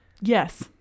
yes